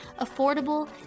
affordable